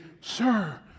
sir